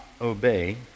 obey